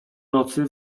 nocy